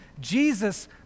Jesus